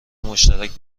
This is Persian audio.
مشترک